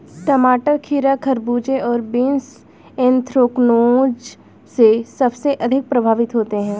टमाटर, खीरा, खरबूजे और बीन्स एंथ्रेक्नोज से सबसे अधिक प्रभावित होते है